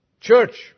Church